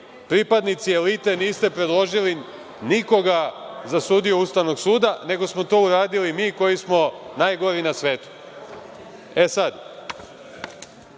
pripadnici elite niste predložili nikoga za sudiju Ustavnog suda, nego smo to uradili mi koji smo najgori na svetu? Vi ste,